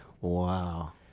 Wow